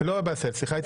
לא בעשהאל, סליחה.